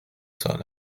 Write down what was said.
سال